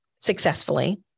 successfully